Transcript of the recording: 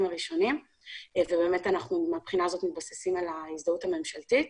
הראשונים ובאמת מהבחינה הזאת אנחנו מתבססים על ההזדהות הממשלתית